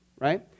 right